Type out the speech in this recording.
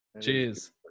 Cheers